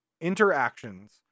interactions